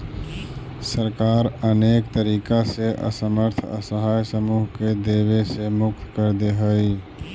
सरकार अनेक तरीका से असमर्थ असहाय समूह के देवे से मुक्त कर देऽ हई